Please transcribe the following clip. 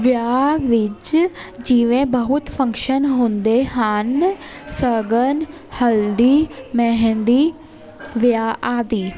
ਵਿਆਹ ਵਿੱਚ ਜਿਵੇਂ ਬਹੁਤ ਫੰਕਸ਼ਨ ਹੁੰਦੇ ਹਨ ਸ਼ਗਨ ਹਲਦੀ ਮਹਿੰਦੀ ਵਿਆਹ ਆਦਿ